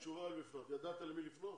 לתת ליהודים לעלות.